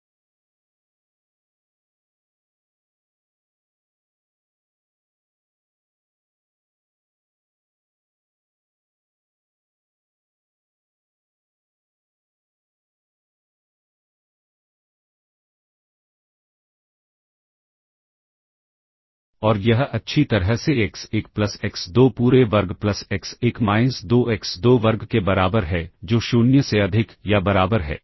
और यह अच्छी तरह से एक्स1 प्लस एक्स2 पूरे वर्ग प्लस एक्स1 माइनस 2 एक्स2 वर्ग के बराबर है जो 0 से अधिक या बराबर है